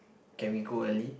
can we go early